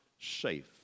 safe